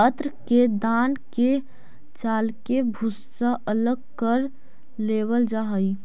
अन्न के दान के चालके भूसा अलग कर लेवल जा हइ